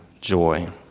joy